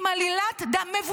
עם עלילת דם.